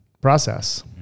process